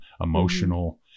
emotional